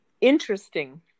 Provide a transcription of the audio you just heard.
interesting